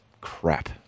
crap